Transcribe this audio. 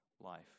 life